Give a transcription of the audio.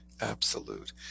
absolute